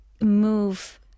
move